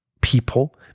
people